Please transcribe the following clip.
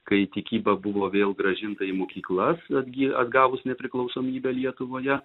kai tikyba buvo vėl grąžinta į mokyklas netgi atgavus nepriklausomybę lietuvoje